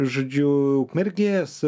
žodžiu ukmergės